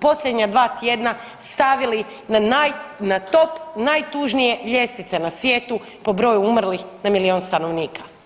posljednja dva tjedna stavili na top najtužnije ljestvice na svijetu po broju umrlih na milijun stanovnika.